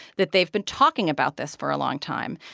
that they've been talking about this for a long time,